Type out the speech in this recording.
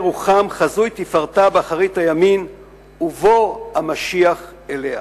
רוחם חזו את תפארתה באחרית הימים ובוא המשיח אליה.